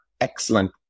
excellent